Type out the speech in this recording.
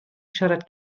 siarad